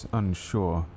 unsure